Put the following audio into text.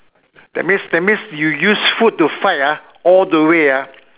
that means that means you use food to fight ah all the way ah